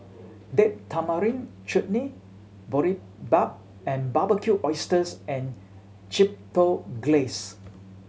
Date Tamarind Chutney Boribap and Barbecued Oysters and Chipotle Glaze